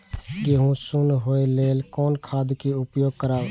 गेहूँ सुन होय लेल कोन खाद के उपयोग करब?